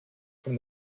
from